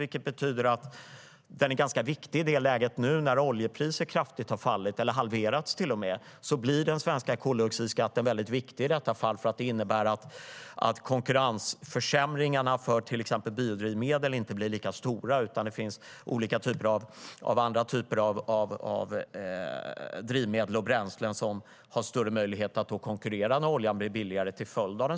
Därmed är den ganska viktig i nuläget, när oljepriset kraftigt har fallit eller till och med halverats. Då innebär den svenska koldioxidskatten att konkurrensförsämringarna för till exempel biodrivmedel inte blir lika stora, utan det finns olika andra typer av drivmedel och bränslen som har större möjligheter att konkurrera när oljan blir billigare.